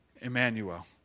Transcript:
Emmanuel